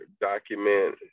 document